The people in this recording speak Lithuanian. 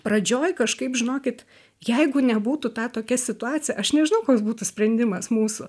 pradžioj kažkaip žinokit jeigu nebūtų tokia situacija aš nežinau koks būtų sprendimas mūsų